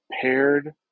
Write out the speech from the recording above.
paired